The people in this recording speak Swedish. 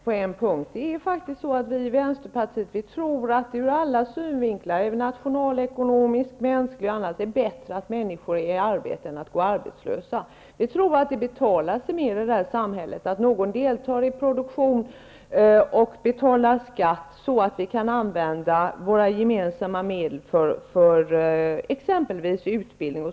Fru talman! Birger Andersson har rätt på en punkt. Vi i Vänsterpartiet tror att det ur alla synvinklar -- ur nationalekonomisk synvinkel, ur mänsklig synvinkel osv. -- är bättre att människor är i arbete än att de går arbetslösa. Vi tror att det betalar sig bättre i det samhälle vi har, att de deltar i produktionen och betalar skatt, så att vi kan använda våra gemensamma medel för exempelvis utbildning.